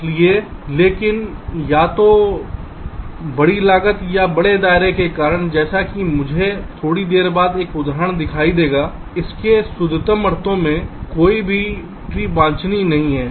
इसलिए लेकिन या तो बड़ी लागत या बड़े दायरे के कारण जैसा कि मुझे थोड़ी देर बाद एक उदाहरण दिखाई देगा इसके शुद्धतम अर्थों में कोई भी ट्री वांछनीय नहीं है